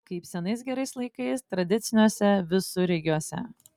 kaip senais gerais laikais tradiciniuose visureigiuose